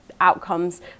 outcomes